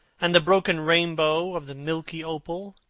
and the broken rainbow of the milky opal.